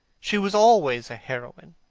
she was always a heroine.